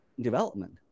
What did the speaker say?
development